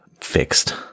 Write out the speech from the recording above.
fixed